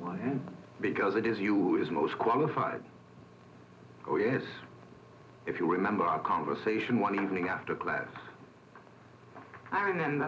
one because it is you who is most qualified or is if you remember our conversation one evening after class i knew